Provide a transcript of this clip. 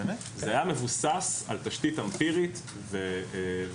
הוא היה מבוסס על תשתית אמפירית ומדעית,